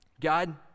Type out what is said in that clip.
God